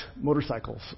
motorcycles